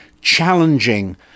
challenging